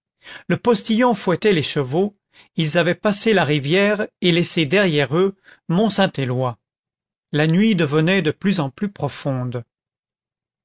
le postillon fouettait les chevaux ils avaient passé la rivière et laissé derrière eux mont saint éloy la nuit devenait de plus en plus profonde